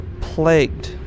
plagued